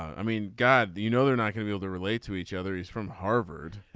i mean god. you know they're not gonna be able to relate to each other he's from harvard.